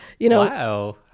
Wow